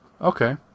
Okay